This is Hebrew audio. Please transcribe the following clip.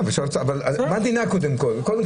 מה דינה קודם כל?